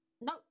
no